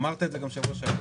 אמרת את זה גם בשבוע שעבר.